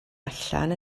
allan